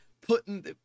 putting